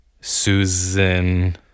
susan